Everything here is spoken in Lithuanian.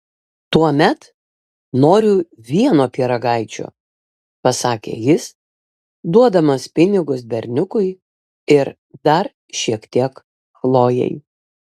tuomet noriu vieno pyragaičio pasakė jis duodamas pinigus berniukui ir dar šiek tiek chlojei